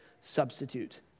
substitute